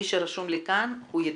מי שרשום לי כאן הוא ידבר.